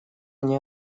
они